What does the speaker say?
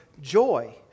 Joy